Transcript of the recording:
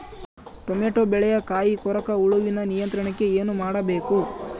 Tomato ಬೆಳೆಯ ಕಾಯಿ ಕೊರಕ ಹುಳುವಿನ ನಿಯಂತ್ರಣಕ್ಕೆ ಏನು ಮಾಡಬೇಕು?